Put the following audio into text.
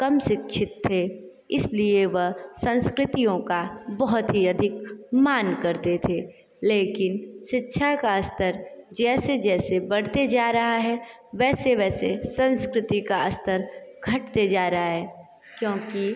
कम शिक्षित थे इसलिए वह संस्कृतियों का बहुत ही अधिक मान करते थे लेकिन शिक्षा का स्तर जैसे जैसे बढ़ते जा रहा है वैसे वैसे संस्कृति का स्तर घटते जा रहा है क्योंकि